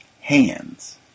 hands